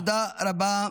תודה רבה.